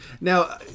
Now